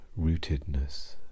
Rootedness